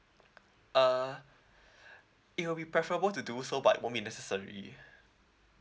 uh it'll be preferable to do so but won't be necessary